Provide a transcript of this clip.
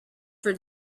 for